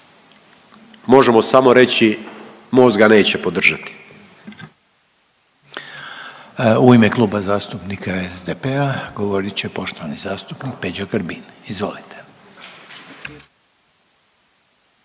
Možemo samo reći Most ga neće podržati.